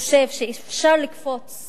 חושב שאפשר לקפוץ